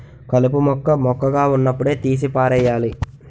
కలుపు మొక్క మొక్కగా వున్నప్పుడే తీసి పారెయ్యాలి